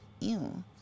Ew